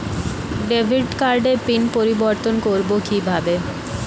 Debit কার্ডের PIN পরিবর্তন করবো কীভাবে?